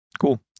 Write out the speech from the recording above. Cool